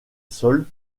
sol